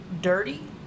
dirty